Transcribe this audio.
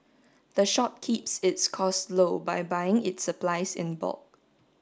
the shop keeps its costs low by buying its supplies in bulk